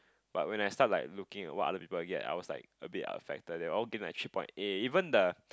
but when I start like looking at what other people are get I was like a bit affected they were all getting like three point eight even the